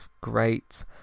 great